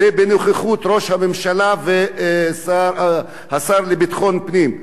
ובנוכחות ראש הממשלה והשר לביטחון פנים,